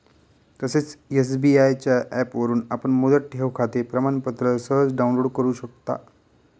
तसेच एस.बी.आय च्या ऍपवरून आपण मुदत ठेवखाते प्रमाणपत्र सहज डाउनलोड करु शकता